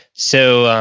so,